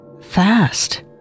Fast